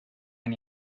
han